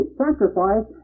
sacrifice